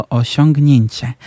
osiągnięcie